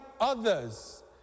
others